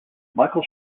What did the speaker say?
michael